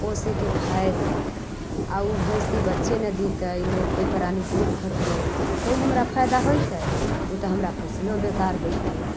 पोसैके फायदा आओर उ भैँसी बच्चे नहि दैतै ने कोइ प्राणी दूध खैतियै तऽ ओ हमरा फायदा होइतै उ तऽ हमरा पोसलो बेकार होइते